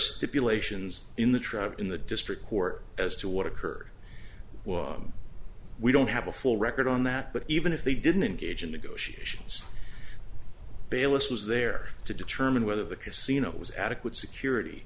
stipulations in the trial in the district court as to what occurred we don't have a full record on that but even if they didn't engage in negotiations bayless was there to determine whether the casino was adequate security